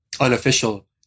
unofficial